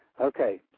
Okay